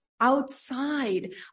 outside